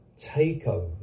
takeover